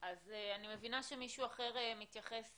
אז אני מבינה שמישהו אחר מתייחס